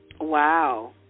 Wow